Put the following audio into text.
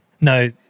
No